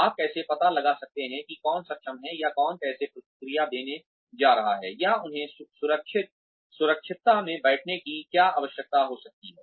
आप कैसे पता लगा सकते हैं कि कौन सक्षम है या लोग कैसे प्रतिक्रिया देने जा रहे हैं या उन्हें सुरक्षितता में बैठने की क्या आवश्यकता हो सकती है